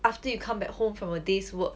after you come back home from a day's work